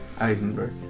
Eisenberg